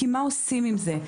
כי מה עושים עם זה?